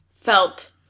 felt